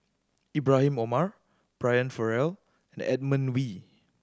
Ibrahim Omar Brian Farrell and Edmund Wee